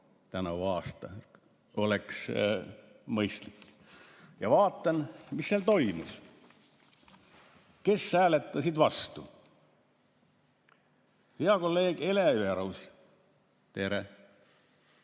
tänavu aasta, oleks mõistlik. Ja vaatan, mis seal toimus. Kes hääletasid vastu? Hea kolleeg Ele Everaus. Tere!